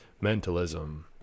mentalism